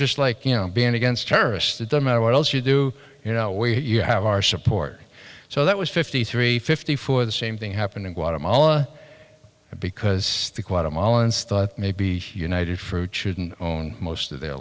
just like you know being against terrorists that don't matter what else you do you know where you have our support so that was fifty three fifty four the same thing happened in guatemala because the quantum olens thought may be united for children own most of their